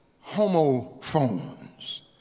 Homophones